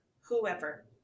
whoever